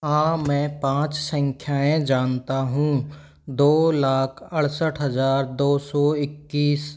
हाँ मैं पाँच संख्याएँ जानता हूँ दो लाख अड़सठ हज़ार दो सौ इक्कीस